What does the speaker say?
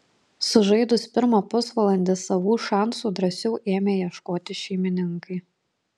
sužaidus pirmą pusvalandį savų šansų drąsiau ėmė ieškoti šeimininkai